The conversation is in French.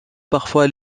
parfois